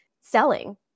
selling